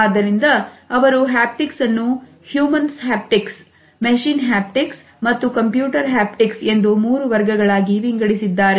ಆದ್ದರಿಂದ ಅವರು ಹ್ಯಾಪ್ಟಿಕ್ಸ್ ಅನ್ನು ಹ್ಯೂಮನ್ ಹ್ಯಾಪ್ಟಿಕ್ಸ್ ಎಂದು ಮೂರು ವರ್ಗಗಳಾಗಿ ವಿಂಗಡಿಸಿದ್ದಾರೆ